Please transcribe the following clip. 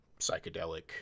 psychedelic